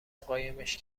قایمش